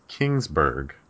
Kingsburg